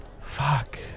Fuck